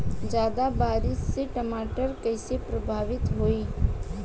ज्यादा बारिस से टमाटर कइसे प्रभावित होयी?